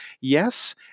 yes